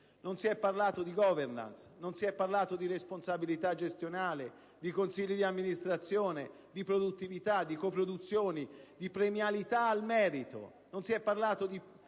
non si è parlato di responsabilità gestionale, di consigli di amministrazione, di produttività, di coproduzioni, di premialità al merito;